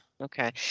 okay